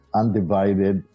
undivided